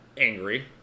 angry